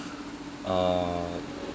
uh